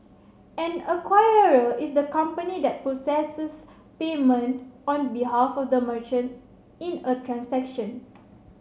an acquirer is the company that processes payment on behalf of the merchant in a transaction